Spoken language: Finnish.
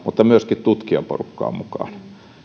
mutta myöskin tutkijaporukkaa